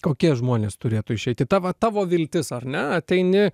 kokie žmonės turėtų išeiti ta va tavo viltis ar ne ateini